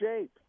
shape